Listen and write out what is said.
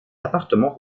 appartements